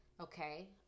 Okay